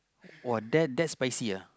!wah! that that spicy ah